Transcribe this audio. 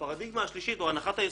בצלאל, זה תקדים.